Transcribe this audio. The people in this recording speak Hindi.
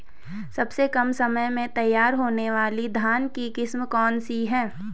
सबसे कम समय में तैयार होने वाली धान की किस्म कौन सी है?